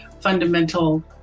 fundamental